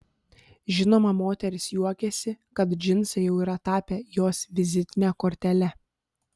žinoma moteris juokiasi kad džinsai jau yra tapę jos vizitine kortele